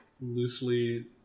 loosely